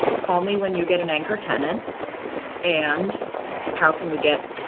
call me, when you get an anchor tenant and how can we get.